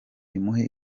imuhe